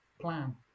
plan